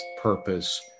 purpose